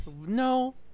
no